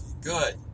good